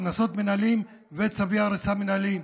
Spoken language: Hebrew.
קנסות מינהליים וצווי הריסה מינהליים,